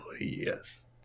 Yes